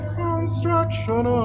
construction